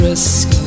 Risk